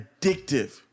addictive